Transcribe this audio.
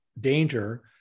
danger